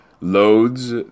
loads